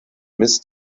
mist